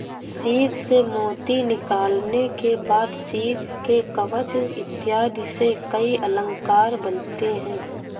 सीप से मोती निकालने के बाद सीप के कवच इत्यादि से कई अलंकार बनते हैं